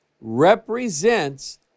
represents